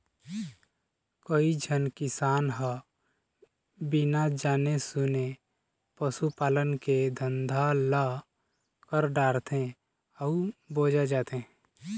कइझन किसान ह बिना जाने सूने पसू पालन के धंधा ल कर डारथे अउ बोजा जाथे